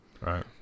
right